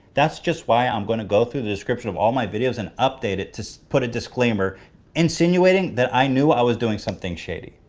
that's just why i'm going to go through the descriptions of all my videos and update it to put a disclaimer insinuating that i knew i was doing something shady.